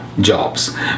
jobs